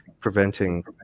preventing